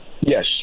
Yes